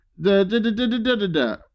Da-da-da-da-da-da-da